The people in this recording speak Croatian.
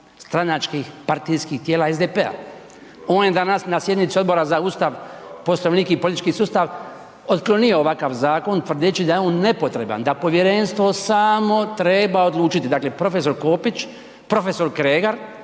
stranačkih, partijskih tijela SDP-a. On je danas na sjednici Odbora za Ustav, poslovnik i politički sustav otklonio ovakav zakon tvrdeći da je on nepotreban da povjerenstvo samo treba odlučiti. Dakle, profesor Kopić, profesor Kregar